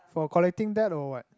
for collecting debt or what